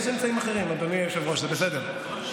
יש אמצעים אחרים, אדוני היושב-ראש, זה בסדר.